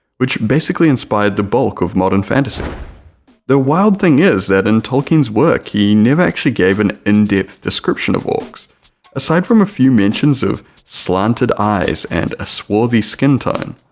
which basically inspired the bulk of modern fantasy, but the wild thing is that in tolkien's work he never actually gave an in-depth description of orcs aside from a few mentions of slanted eyes and a swarthy skin tone,